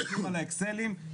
כל האקסלים,